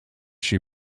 she